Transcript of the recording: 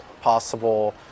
possible